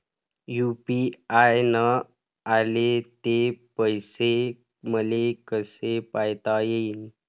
UPI न आले ते पैसे मले कसे पायता येईन?